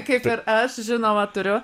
kaip ir aš žinoma turiu